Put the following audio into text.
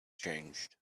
changed